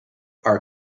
are